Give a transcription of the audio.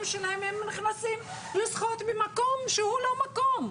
שלהם הם נכנסים לשחות במקום שהוא לא מקום,